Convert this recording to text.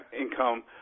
income